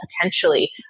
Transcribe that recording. potentially